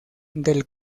del